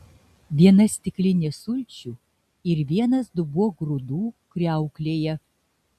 viena stiklinė sulčių ir vienas dubuo grūdų kriauklėje